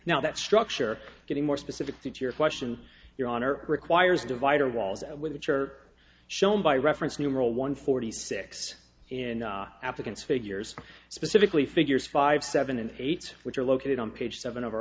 now that structure getting more specific to your question your honor requires divider walls which are shown by reference numeral one forty six in the applicant's figures specifically figures five seven and eight which are located on page seven o